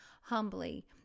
humbly